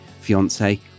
fiance